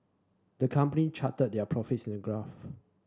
the company charted their profits in a graph